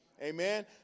Amen